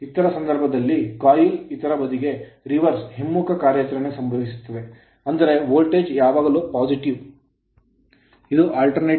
ಇತರ ಸಂದರ್ಭದಲ್ಲಿ coil coil ಇತರ ಬದಿಗೆ reverse ಹಿಮ್ಮುಖ ಕಾರ್ಯಾಚರಣೆ ಸಂಭವಿಸುತ್ತದೆ ಅಂದರೆ ವೋಲ್ಟೇಜ್ ಯಾವಾಗಲೂ positive ಧನಾತ್ಮಕವಾಗಿರುತ್ತದೆ